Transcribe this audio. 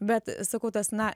bet sakau tas na